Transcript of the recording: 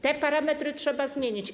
Te parametry trzeba zmienić.